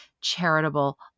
charitable